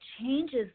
changes